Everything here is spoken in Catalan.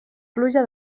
pluja